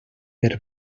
per